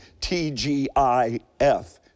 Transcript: T-G-I-F